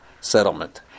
settlement